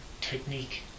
technique